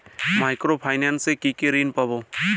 Micro finance এ কি কি ঋণ পাবো?